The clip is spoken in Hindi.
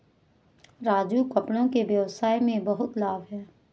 राजू कपड़ों के व्यवसाय में बहुत लाभ है